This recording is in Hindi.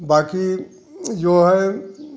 बाकी जो है